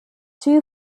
two